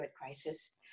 crisis